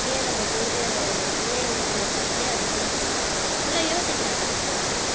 ஏன் நம்ம போயிட்டு ஏன் இது பண்ணக்கூடாது ஏன் அதை பண்ணக்கூடாதுன்னு சொல்கிறாங்க அப்புடில்லான் யோசிக்கிறாங்க இப்போதுலாம்